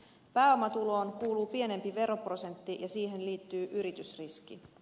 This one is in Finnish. pääomatuloon kuuluu pienempi veroprosentti ja siihen liittyy yritysriski